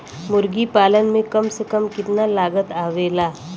मुर्गी पालन में कम से कम कितना लागत आवेला?